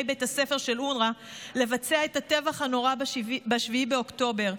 בית הספר של אונר"א לבצע את הטבח הנורא ב-7 באוקטובר.